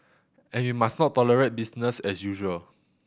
and we must not tolerate business as usual